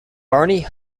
barney